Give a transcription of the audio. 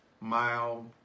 mile